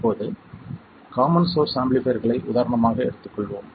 இப்போது common source ஆம்பிளிஃபைர்களை உதாரணமாக எடுத்துக் கொள்வோம்